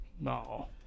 No